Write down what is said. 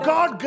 God